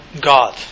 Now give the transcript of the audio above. God